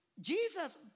Jesus